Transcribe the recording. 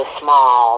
small